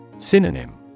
Synonym